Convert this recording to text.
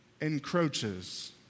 encroaches